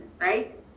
right